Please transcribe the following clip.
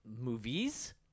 Movies